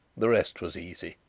the rest was easy.